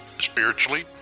spiritually